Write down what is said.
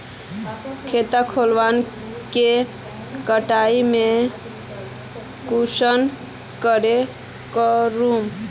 खेत उगोहो के कटाई में कुंसम करे करूम?